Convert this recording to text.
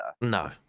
No